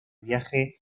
viaje